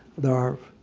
there are